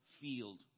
field